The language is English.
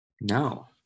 No